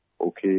okay